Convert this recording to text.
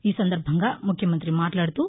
ఈ సందర్బంగా ముఖ్యమంతి మాట్లాడుతూ